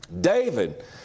David